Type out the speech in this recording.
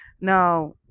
Now